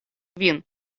vin